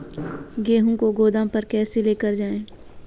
गेहूँ को गोदाम पर कैसे लेकर जाएँ?